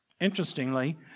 interestingly